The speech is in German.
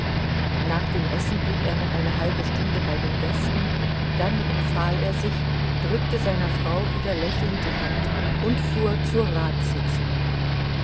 nach dem essen blieb er noch eine halbe stunde bei den gästen dann empfahl er sich drückte seiner frau wieder lächelnd die hand und fuhr zur ratssitzung